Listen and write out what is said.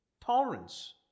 Tolerance